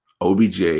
OBJ